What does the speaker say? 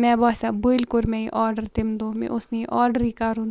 مےٚ باسیو بٕلۍ کوٚر مےٚ یہِ آرڈَر تَمہِ دۄہ مےٚ اوس نہٕ یہِ آرڈرٕے کَرُن